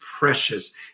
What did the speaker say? Precious